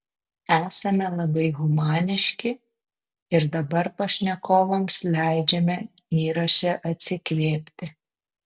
esame labai humaniški ir dabar pašnekovams leidžiame įraše atsikvėpti